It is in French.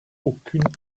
aucune